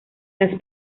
las